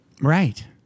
Right